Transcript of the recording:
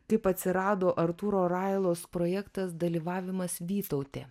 kaip atsirado artūro railos projektas dalyvavimas vytautė